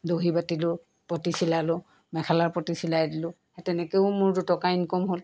দহি বাটিলোঁ পটি চিলালোঁ মেখেলাৰ পটি চিলাই দিলোঁ সেই তেনেকেও মোৰ দুটকা ইনকাম হ'ল